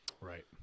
Right